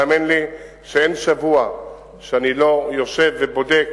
והאמן לי שאין שבוע שאני לא יושב ובודק